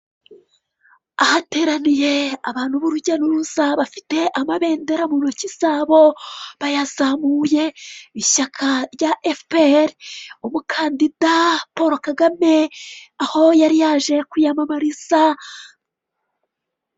Ahateraniye abantu b'urujya n'uruza bafite amabendera mu ntoki zabo bayazamuye, ishyaka rya efuperi umukandida Paul Kagame aho yari yaje kwiyamamariza.